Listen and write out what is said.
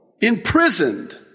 imprisoned